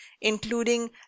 including